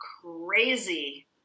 crazy